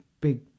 big